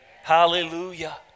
Hallelujah